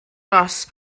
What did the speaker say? ros